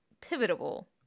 pivotal